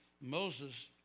Moses